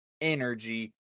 energy